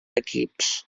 equips